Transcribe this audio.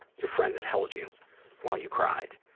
your friend that held you while you cried,